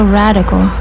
radical